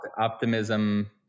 optimism